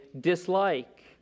dislike